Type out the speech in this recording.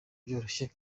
byoroshye